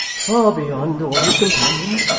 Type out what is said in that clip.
far beyond all his companions,